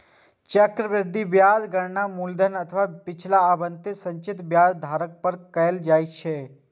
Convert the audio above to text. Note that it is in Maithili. चक्रवृद्धि ब्याजक गणना मूलधन आ पिछला अवधिक संचित ब्याजक आधार पर कैल जाइ छै